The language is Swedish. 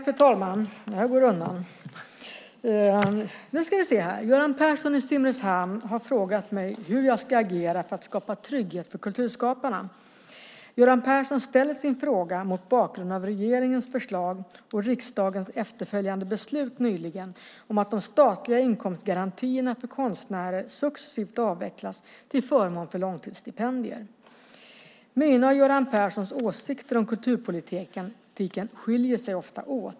Fru talman! Göran Persson i Simrishamn har frågat mig hur jag ska agera för att skapa trygghet för kulturskaparna. Göran Persson ställer sin fråga mot bakgrund av regeringens förslag och riksdagens efterföljande beslut nyligen om att de statliga inkomstgarantierna för konstnärer successivt avvecklas till förmån för långtidsstipendier. Mina och Göran Perssons åsikter om kulturpolitiken skiljer sig ofta åt.